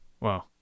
Wow